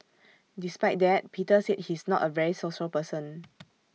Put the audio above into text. despite that Peter said he's not A very social person